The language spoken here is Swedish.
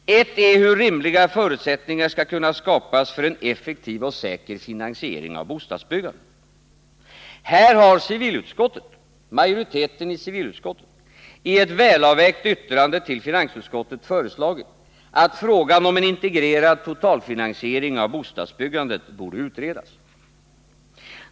Ett är hur rimliga förutsättningar skall kunna skapas för en effektiv och säker finansiering av bostadsbyggandet. Här har majoriteten i civilutskottet i ett välavvägt yttrande till finansutskottet föreslagit att frågan om en integrerad totalfinansiering av bostadsbyggandet skall utredas.